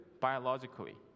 biologically